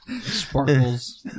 Sparkles